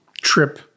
trip